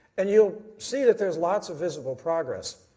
and you will see that there is lots of visible progress.